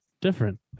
different